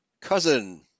cousin